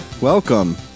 Welcome